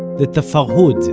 that the farhud,